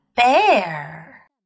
Bear